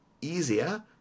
easier